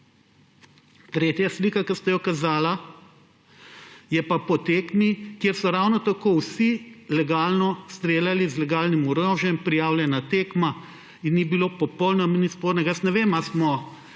Tretja slika, ki ste jo kazali, je pa po tekmi, kjer so ravno tako vsi legalno streljali z legalnim orožjem, prijavljena tekma in ni bilo popolnoma nič spornega. Jaz ne vem,